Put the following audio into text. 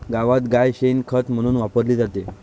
गावात गाय शेण खत म्हणून वापरली जाते